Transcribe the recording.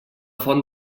font